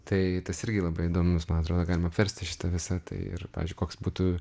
tai tas irgi labai įdomus man atrodo galima apversti šitą visą tai ir pavyzdžiui koks būtų